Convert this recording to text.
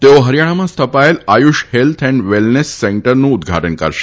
તેઓ હરીયાણામાં સ્થપાયેલ આયુષ હેલ્થ એન્ડ વેલનેસ સેન્ટરનું ઉદ્ધાટન કરશે